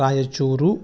Raichur